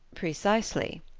precisely.